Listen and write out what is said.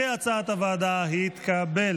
כהצעת הוועדה, התקבל.